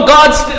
God's